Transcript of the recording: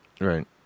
Right